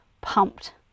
pumped